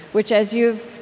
which, as you've